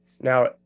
now